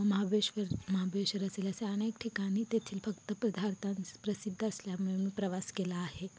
महाबळेश्वर महाबळेश्वर असेल असे अनेक ठिकाणी तेथील फक्त पधार्थान् प्रसिद्ध असल्यामुळे मी प्रवास केला आहे